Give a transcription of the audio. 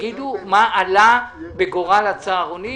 תגידו מה עלה בגורל הצהרונים